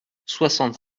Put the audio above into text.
soixante